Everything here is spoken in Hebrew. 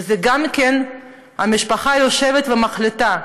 וגם, המשפחה יושבת ומחליטה: